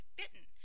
bitten